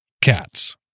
cats